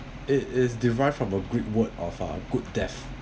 it is derived from a greek word of uh good death